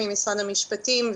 ממשרד המשפטים,